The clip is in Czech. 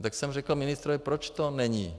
Tak jsem řekl ministrovi proč to není?